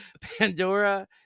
Pandora